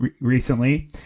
recently